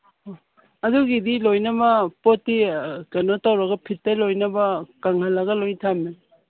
ꯑꯗꯨꯒꯤꯗꯤ ꯂꯣꯏꯅꯃꯛ ꯄꯣꯠꯇꯤ ꯀꯩꯅꯣ ꯇꯧꯔꯒ ꯐꯤꯠꯇ ꯂꯣꯏꯅꯃꯛ ꯀꯪꯍꯜꯂꯒ ꯂꯣꯏ ꯊꯝꯃꯦ